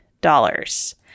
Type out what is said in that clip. dollars